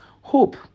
hope